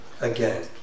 again